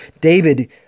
David